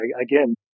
again